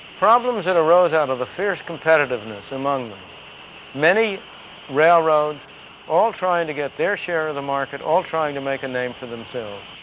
problems that arose out of the fierce competitiveness among them many railroads all trying to get their share of the market, all trying to make a name for themselves.